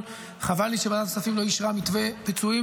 חבל לי שוועדת הכספים לא אישרה מתווה פיצויים